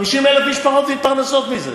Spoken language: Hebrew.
50,000 משפחות מתפרנסות מזה.